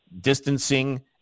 distancing